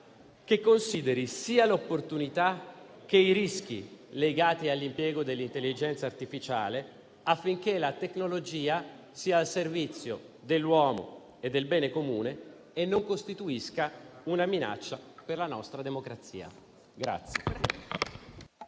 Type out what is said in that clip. che consideri sia l'opportunità che i rischi legati all'impiego dell'intelligenza artificiale affinché la tecnologia sia al servizio dell'uomo e del bene comune e non costituisca una minaccia per la nostra democrazia.